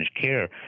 care